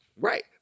Right